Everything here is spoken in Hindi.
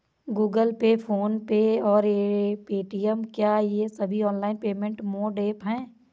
गूगल पे फोन पे और पेटीएम क्या ये सभी ऑनलाइन पेमेंट मोड ऐप हैं?